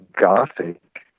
gothic